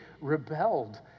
rebelled